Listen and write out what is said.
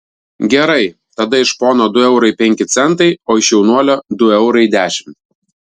gerai tada iš pono du eurai penki centai o iš jaunuolio du eurai dešimt